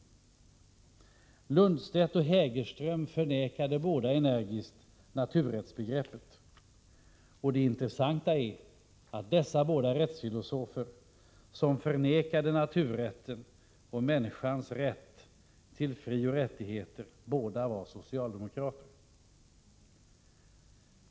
Lundstedt och Hägerström förnekade båda energiskt naturrättsbegreppet. Det intressanta är att dessa rättsfilosofer som förnekade naturrätten om människans rätt till frioch rättigheter båda var socialdemokrater.